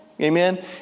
amen